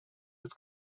its